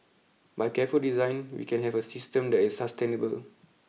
by careful design we can have a system that is sustainable